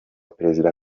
perezida